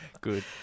Good